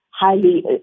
highly